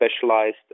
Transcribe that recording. specialized